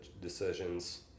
decisions